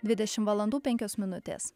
dvidešim valandų penkios minutės